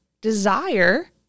desire